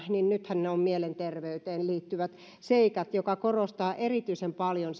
ja nythän ne ovat mielenterveyteen liittyvät seikat niin itse ajattelen että tämä korostaa erityisen paljon